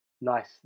Nice